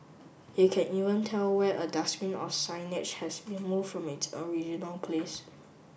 he can even tell when a dustbin or signage has been moved from it original place